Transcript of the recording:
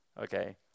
Okay